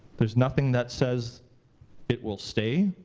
there's nothing that says it will stay.